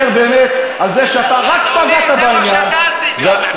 מנהל כבר דיון כמעט על כל שכונה ושכונה,